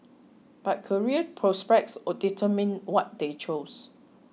but career prospects determined what they chose